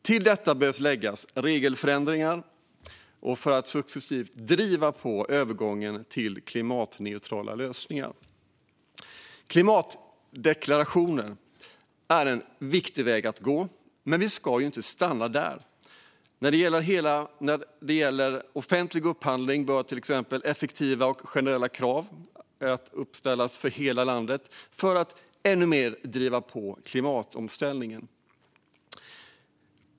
Till detta behöver läggas regelförändringar för att successivt driva på övergången till klimatneutrala lösningar. Klimatdeklarationer är en viktig väg att gå, men vi ska inte stanna där. När det gäller offentlig upphandling bör till exempel effektiva och generella krav uppställas för hela landet för att ännu mer driva på klimatomställningen.